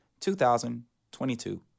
2,022